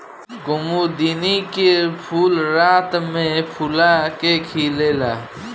कुमुदिनी के फूल रात में फूला के खिलेला